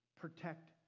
Protect